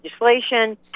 legislation